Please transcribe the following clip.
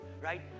right